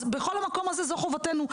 אז בכל המקום הזה זו חובתנו.